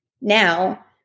Now